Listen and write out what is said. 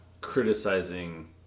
criticizing